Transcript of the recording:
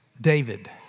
David